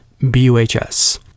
BUHS